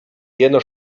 jeno